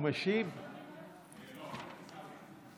אני אדבר איתם ונקדם את זה.